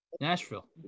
Nashville